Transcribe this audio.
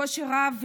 קושי רב,